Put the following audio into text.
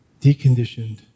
deconditioned